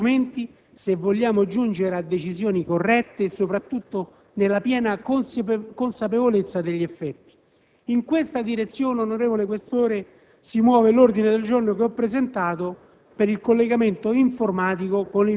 Dobbiamo allora rafforzare questi strumenti se vogliamo giungere a decisioni corrette, soprattutto nella piena consapevolezza degli effetti. In questa direzione, onorevole Questore, si muove l'ordine del giorno G4, presentato